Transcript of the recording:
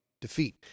defeat